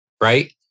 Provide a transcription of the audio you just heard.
right